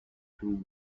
two